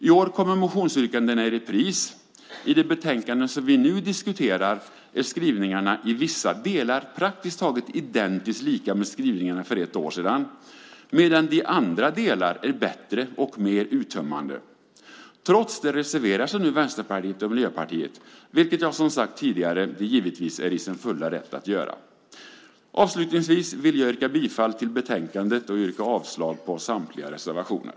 I år kommer motionsyrkandena i repris. I det betänkande som vi nu diskuterar är skrivningarna i vissa delar praktiskt taget identiska med skrivningarna för ett år sedan, medan de i andra delar är bättre och mer uttömmande. Trots det reserverar sig nu Vänsterpartiet och Miljöpartiet, vilket de som jag har sagt tidigare givetvis är i sin fulla rätt att göra. Avslutningsvis vill jag yrka bifall till förslaget i betänkandet och avslag på samtliga reservationer.